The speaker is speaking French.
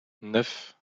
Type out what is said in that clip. neuf